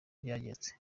byagenze